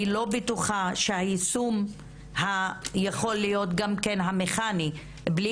אני לא בטוחה שהיישום יכול להיות מכני בלי